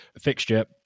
fixture